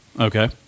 Okay